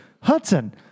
Hudson